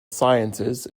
sciences